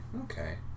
okay